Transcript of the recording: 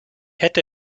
hätte